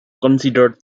considered